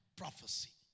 prophecy